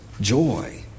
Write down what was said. joy